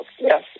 yes